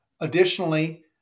Additionally